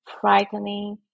frightening